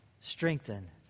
strengthen